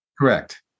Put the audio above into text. Correct